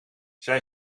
zij